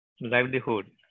livelihood